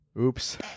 Oops